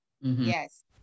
Yes